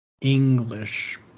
English